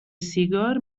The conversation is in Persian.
سیگار